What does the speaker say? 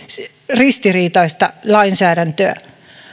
ristiriitaista lainsäädäntöä